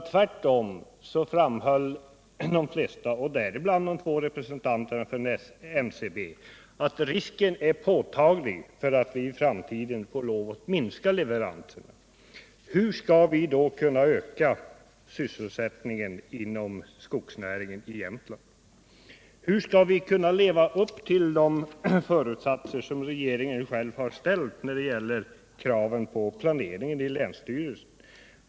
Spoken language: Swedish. Tvärtom framhöll de flesta — och däribland just de två representanterna från NCB -— att risken var påtaglig för att de i framtiden skulle bli tvungna att minska leveranserna. Hur skall vi mot den bakgrunden kunna öka sysselsättningen inom skogsnäringen i Jämtland? Hur skall vi kunna leva upp till de föresatser som regeringen själv har fattat när det gäller kraven på planeringen i länsstyrelsen?